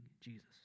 Jesus